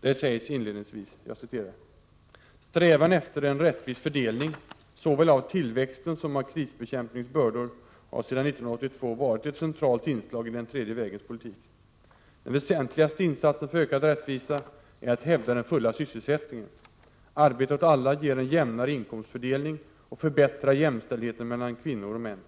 Där sägs inledningsvis: ”Strävan efter en rättvis fördelning, såväl av tillväxten som av krisbekämpningens bördor, har sedan 1982 varit ett centralt inslag i den tredje vägens politik. Den väsentligaste insatsen för ökad rättvisa är att hävda den fulla sysselsättningen. Arbete åt alla ger en jämnare inkomstfördelning och förbättrar jämställdheten mellan kvinnor och män.